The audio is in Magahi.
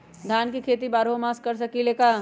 धान के खेती बारहों मास कर सकीले का?